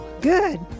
good